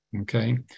okay